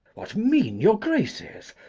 what mean, your graces?